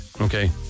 Okay